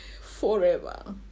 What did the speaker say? forever